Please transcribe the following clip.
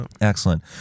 Excellent